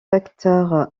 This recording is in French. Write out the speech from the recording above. facteur